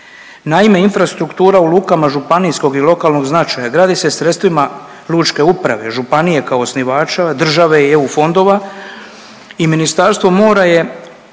Naime, infrastruktura u lukama županijskog i lokalnog značaja gradi se sredstvima lučke uprave županije kao osnivača, države i EU fondova i Ministarstvo mora je